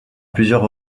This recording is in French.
plusieurs